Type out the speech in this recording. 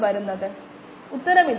3 ഉം 2